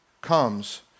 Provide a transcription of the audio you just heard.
comes